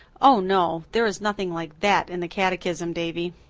oh, no, there is nothing like that in the catechism, davy.